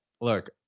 look